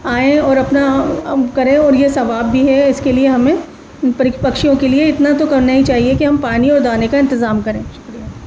آئیں اور اپنا کریں اور یہ ثواب بھی ہے اس کے لیے ہمیں پکشیوں کے لیے اتنا تو کرنا ہی چاہیے کہ ہم پانی اور دانے کا انتظام کریں شکریہ